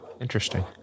Interesting